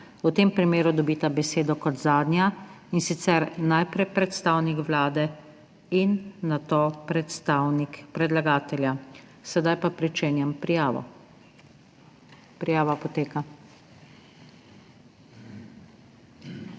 V tem primeru dobita besedo kot zadnja, in sicer najprej predstavnik Vlade in nato predstavnik predlagatelja. Sedaj pa začenjam s prijavo. Prijava poteka.